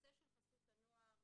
הנושא של חסות הנוער,